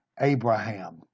Abraham